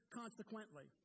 consequently